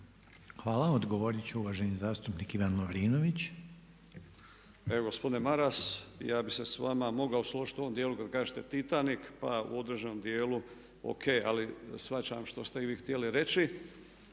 Hvala. Odgovorit će uvaženi zastupnik Ivan Lovrinović. **Lovrinović, Ivan (MOST)** Evo gospodine Maras ja bih se s vama mogao složiti u ovom dijelu kad kažete Titanik pa u određenom dijelu ok ali shvaćam što ste vi htjeli reći